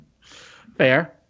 Fair